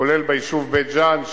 כולל ביישוב בית-ג'ן,